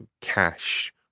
cash